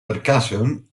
percussion